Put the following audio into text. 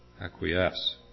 acquiesce